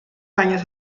años